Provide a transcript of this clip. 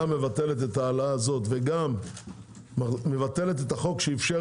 גם מבטלת את ההעלאה הזו וגם מבטלת את החוק שאפשר